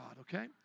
okay